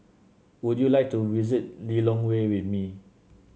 would you like to visit Lilongwe with me